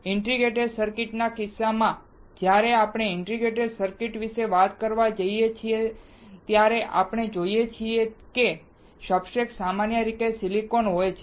integrated circuit ના કિસ્સામાં જ્યારે આપણે ઇન્ટિગ્રેટેડ સર્કિટ વિશે વાત કરીએ છીએ જે આપણે જોઈએ છીએ તે છે સબસ્ટ્રેટ સામાન્ય રીતે સિલિકોન હોય છે